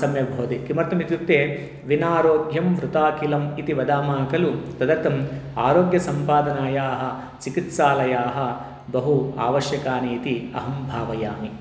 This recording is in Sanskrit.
सम्यक् भवति किमर्थमित्युक्ते विनारोग्यं वृथाखिलम् इति वदामः खलु तदर्थम् आरोग्यसम्पादनाय चिकित्सालयाः बहु आवश्यकाः इति अहं भावयामि